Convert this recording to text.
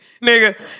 nigga